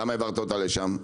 למה העברת אותה לשם,